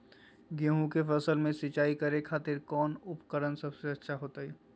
गेहूं के फसल में सिंचाई करे खातिर कौन उपकरण सबसे अच्छा रहतय?